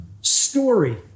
story